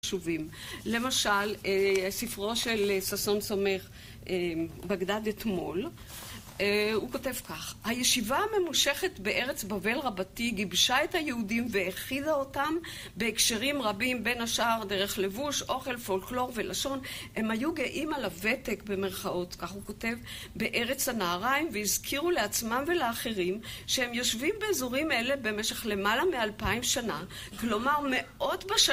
למשל, ספרו של ששון סומך, בגדד אתמול, הוא כותב כך: הישיבה הממושכת בארץ בבל רבתי גיבשה את היהודים והאחידה אותם בהקשרים רבים בין השאר, דרך לבוש, אוכל, פולקלור ולשון הם היו גאים על הוותק במרכאות, כך הוא כותב בארץ הנהריים, והזכירו לעצמם ולאחרים שהם יושבים באזורים אלה במשך למעלה מאלפיים שנה כלומר, מאות בשנה